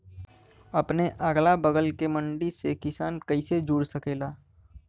अपने अगला बगल के मंडी से किसान कइसे जुड़ सकेला?